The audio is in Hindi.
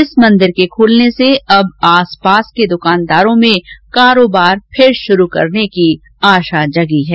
इस मंदिर के खुलने से अब आस पास के दुकानदारों में कारोबार फिर से शुरू करने की आशा जगी है